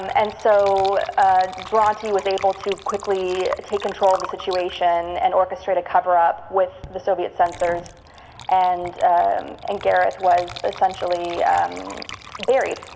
and and so deranty was able to quickly take control of the situation and orchestrate a cover up with the soviet censors and and and gareth was essentially um buried.